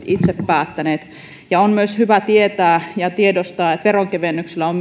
itse päättäneet ja on myös hyvä tietää ja tiedostaa että veronkevennyksillä on